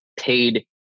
paid